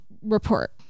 report